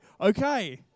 okay